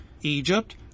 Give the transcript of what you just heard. Egypt